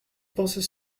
pensais